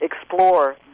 explore